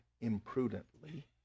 imprudently